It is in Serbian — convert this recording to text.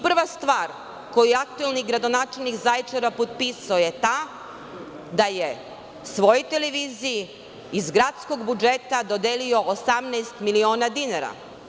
Prva stvar koju aktuelni gradonačelnik Zaječara potpisao je ta da je svojoj televiziji iz gradskog budžeta dodelio 18 miliona dinara.